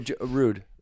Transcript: Rude